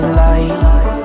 light